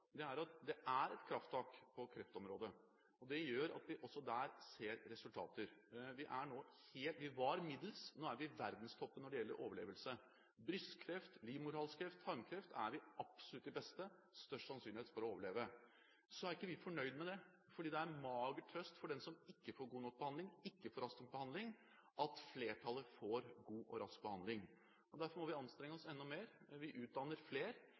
vi også der ser resultater. Vi var middels; nå er vi i verdenstoppen når det gjelder overlevelse. Når det gjelder brystkreft, livmorhalskreft, tarmkreft er vi absolutt de beste – med størst sannsynlighet for å overleve. Men vi er ikke fornøyd med det, fordi det er mager trøst for den som ikke får god nok behandling, ikke får rask nok behandling, at flertallet får god og rask behandling. Derfor må vi anstrenge oss enda mer. Vi utdanner flere,